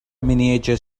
miniature